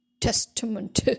testament